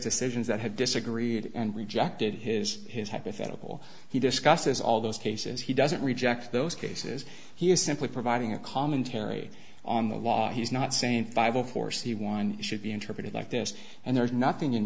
decisions that have disagreed and rejected his his hypothetical he discusses all those cases he doesn't reject those cases he is simply providing a commentary on the law he's not saying five of course the one should be interpreted like this and there is nothing in